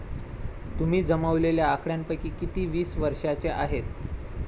तुम्ही जमवलेल्या आकड्यांपैकी किती वीस वर्षांचे आहेत?